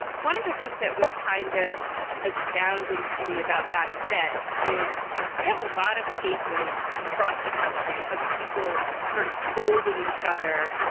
one of the things that was kind of astounding to me about that event is we have a lot of cases across the country of people sort of scolding each other.